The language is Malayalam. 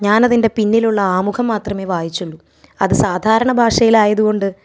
ഞാനതിൻ്റെ പിന്നിലുള്ള ആമുഖം മാത്രമേ വായിച്ചുള്ളൂ അത് സാധാരണ ഭാഷയിലായതുകൊണ്ട്